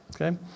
Okay